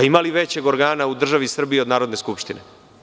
Ima li većeg organa u državi Srbiji od Narodne skupštine?